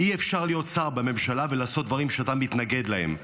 "אי-אפשר להיות שר בממשלה ולעשות דברים שאתה מתנגד להם.